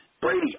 Brady